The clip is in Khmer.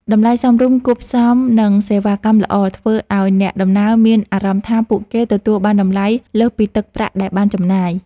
តម្លៃសមរម្យគួបផ្សំនឹងសេវាកម្មល្អធ្វើឱ្យអ្នកដំណើរមានអារម្មណ៍ថាពួកគេទទួលបានតម្លៃលើសពីទឹកប្រាក់ដែលបានចំណាយ។